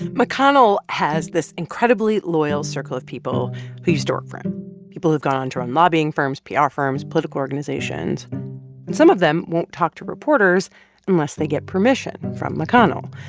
mcconnell has this incredibly loyal circle of people who used to work for him people who've gone on to run lobbying firms, pr ah firms, political organizations. and some of them won't talk to reporters unless they get permission from mcconnell.